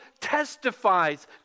testifies